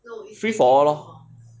free for all lor